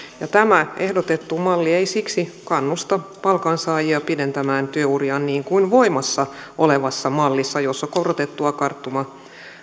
ja tämä ehdotettu malli ei siksi kannusta palkansaajia pidentämään työuriaan niin kuin voimassa olevassa mallissa jossa korotettu karttuma